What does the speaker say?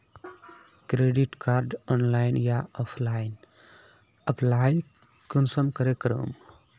Credit कार्डेर online या offline apply कुंसम करे करूम?